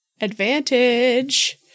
Advantage